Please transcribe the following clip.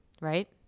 right